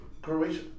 Croatia